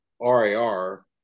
RAR